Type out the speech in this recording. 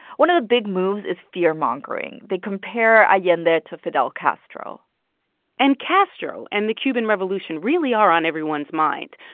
one of the big moves is fearmongering. they compare allende to fidel castro and castro and the cuban revolution really are on everyone's mind.